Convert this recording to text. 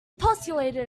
postulated